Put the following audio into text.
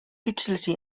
utility